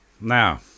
now